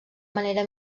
manera